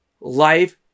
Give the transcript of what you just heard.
Life